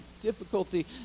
difficulty